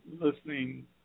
listening